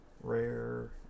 rare